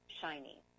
shiny